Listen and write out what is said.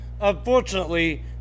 unfortunately